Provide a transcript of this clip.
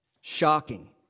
Shocking